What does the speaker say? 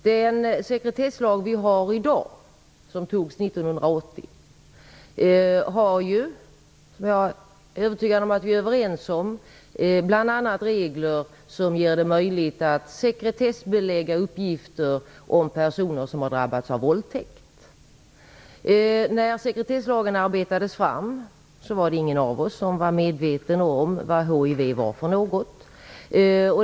Den sekretesslag som vi har i dag och som antogs 1980 innehåller ju - vilket jag är övertygad om att vi är överens om - bl.a. regler som gör det möjligt att sekretessbelägga uppgifter om personer som har drabbats av våldtäkt. När sekretesslagen arbetades fram var det ingen av oss som var medveten om vad hiv var för något.